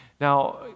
Now